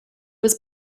was